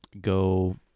go